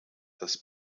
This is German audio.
das